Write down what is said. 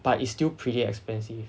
but it's still pretty expensive